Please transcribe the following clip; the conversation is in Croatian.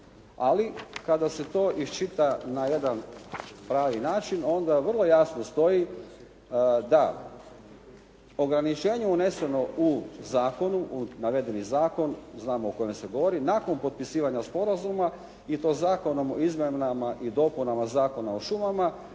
Ali kada se to iščita na jedan pravi način, onda vrlo jasno stoji da ograničenje uneseno u zakonu u navedeni zakon, znamo o kojem se govori, nakon potpisivanja sporazuma i to zakon o izmjenama i dopunama Zakona o šumama